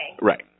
Right